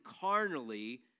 carnally